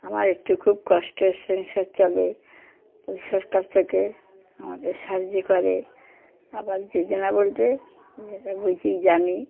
আমার একটু খুব কষ্টর সংসার চলে এই সরকার থেকে আমাদের সাহায্য করে আবাস যোজনা বলতে যেটা বুঝি জানি